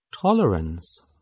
Tolerance